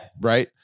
Right